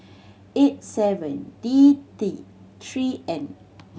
eight seven D T Three N